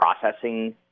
processing